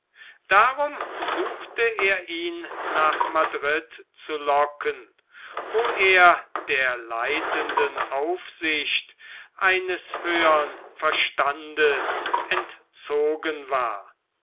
darum suchte er ihn nach madrid zu locken wo er der leitenden aufsicht eines höhern verstandes entzogen war